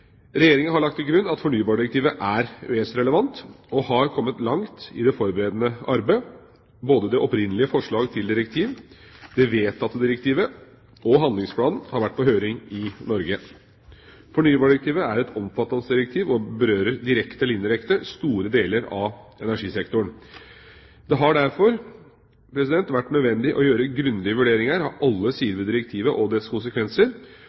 Regjeringa har lagt til grunn at fornybardirektivet er EØS-relevant, og har kommet langt i det forberedende arbeidet. Både det opprinnelige forslag til direktiv, det vedtatte direktivet og handlingsplanen har vært på høring i Norge. Fornybardirektivet er et omfattende direktiv og berører direkte, eller indirekte, store deler av energisektoren. Det har derfor vært nødvendig å gjøre grundige vurderinger av alle sider ved direktivet og dets konsekvenser,